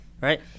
Right